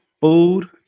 Food